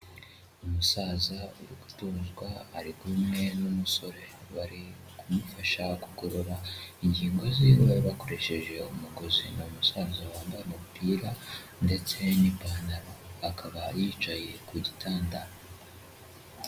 Uyu musaza uri gutozwa ari kumwe n'umusore, bari kumufasha kugorora ingingo ziwe bakoresheje umugozi. Ni musaza wambaye umupira ndetse n'ipantaro, akaba yicaye ku gitanda.